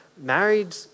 Married